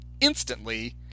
instantly